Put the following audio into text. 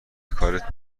کارت